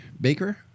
Baker